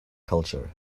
culture